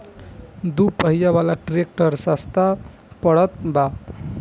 दू पहिया वाला ट्रैक्टर सस्ता पड़त बा